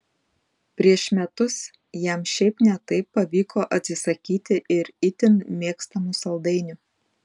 prieš metus jam šiaip ne taip pavyko atsisakyti ir itin mėgstamų saldainių